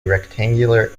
rectangular